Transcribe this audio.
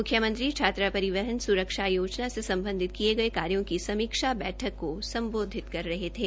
म्ख्यमंत्री छात्रा रिवहन स्रक्षा योजना से सम्बन्धित किए गये कार्यों की समीक्षा बैठक को सम्बोधित कर रहे थे